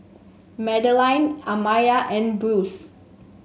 Madaline Amaya and Bruce